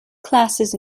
classes